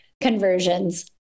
conversions